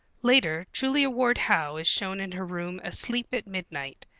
later julia ward howe is shown in her room asleep at midnight,